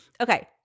Okay